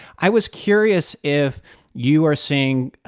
i was curious if you are seeing,